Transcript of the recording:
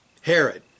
Herod